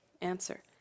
Answer